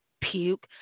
puke